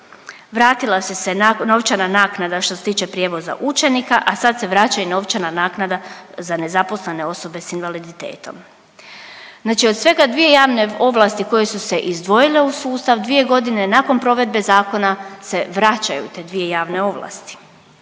vratile su se novčana naknada što se tiče prijevoza učenika, a sad se vraća i novčana naknada za nezaposlene osobe s invaliditetom. Znači od svega dvije javne ovlasti koje su se izdvojile u sustav, dvije godine nakon provedbe zakona se vraćaju te dvije javne ovlasti.